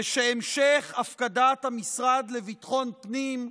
ושהמשך הפקדת המשרד לביטחון הפנים,